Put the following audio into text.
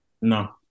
No